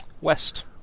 West